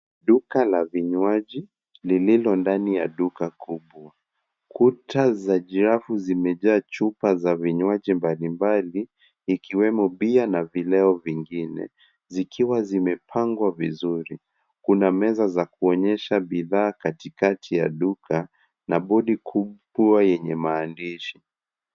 Duka la vinywaji lililo ndani ya duka kubwa. Kuta za jabu zimejaa chupa za vinywaji mbalimbali ikiwemo bia na vileo vingine vikiwa vimepangwa vizuri. Kuna meza za kuonyesha bidhaa katikati ya duka na board kubwa yenye maandishi.